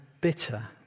bitter